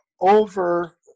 over